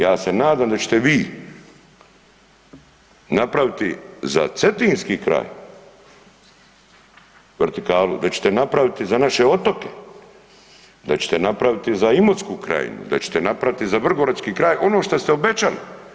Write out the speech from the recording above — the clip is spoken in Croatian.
Ja se nadam da ćete vi napraviti za cetinski kraj vertikalu, da ćete napraviti za naše otoke, da ćete napraviti za Imotsku krajinu, da ćete napraviti za Vrgorački kraj ono što ste obećali.